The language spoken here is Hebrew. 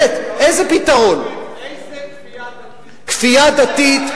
איזה כפייה דתית זה,